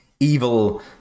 Evil